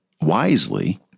wisely